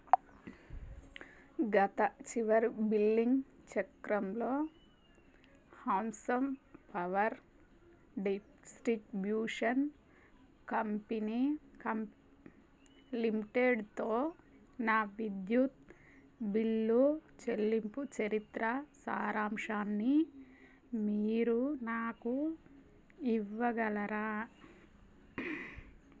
గత చివరి బిల్లింగ్ చక్రంలో హంసన్ అవర్ డిస్ట్రిబ్యూషన్ కంపెనీ కం లిమిటెడ్తో నా విద్యుత్ బిల్లు చెల్లింపు చరిత్ర సారాంశాన్ని మీరు నాకు ఇవ్వగలరా